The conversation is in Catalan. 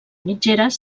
mitgeres